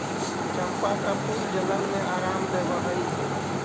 चंपा का फूल जलन में आराम देवअ हई